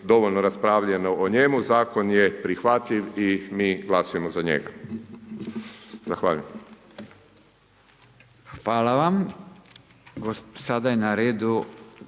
dovoljno raspravljeno o njemu zakon je prihvatljiv i mi glasujemo za njega. Zahvaljujem. **Radin, Furio